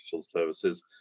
services